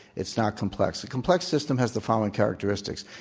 it's not complex. the complex system has the following characteristics.